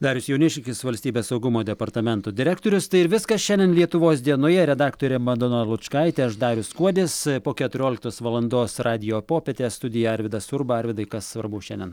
darius jauniškis valstybės saugumo departamento direktorius tai ir viskas šiandien lietuvos dienoje redaktorė madona lučkaitė aš darius kuodis po keturioliktos valandos radijo popietė studija arvydas urba arvydai kas svarbu šiandien